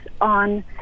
on